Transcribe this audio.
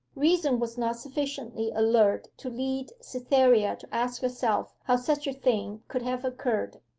reason was not sufficiently alert to lead cytherea to ask herself how such a thing could have occurred.